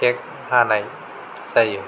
cake हानाय जायो